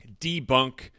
debunk